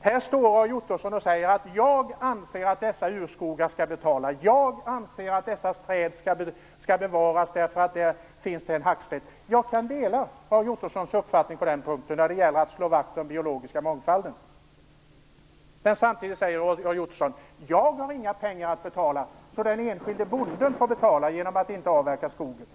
Här står Roy Ottosson och säger: Jag anser att dessa urskogar skall betalas. Jag anser att dessa träd skall bevaras därför att det finns hackspettar i dem. Jag kan dela Roy Ottossons uppfattning när det gäller att slå vakt om den biologiska mångfalden. Men samtidigt säger Roy Ottosson: Jag har inga pengar att betala med, så den enskilde bonden får betala genom att inte avverka skogen.